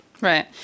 Right